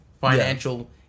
financial